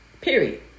Period